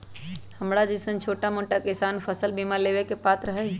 हमरा जैईसन छोटा मोटा किसान फसल बीमा लेबे के पात्र हई?